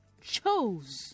chose